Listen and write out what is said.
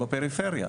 בפריפריה,